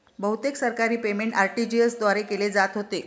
बहुतेक सरकारी payment RTGS द्वारे केले जात होते